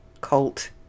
cult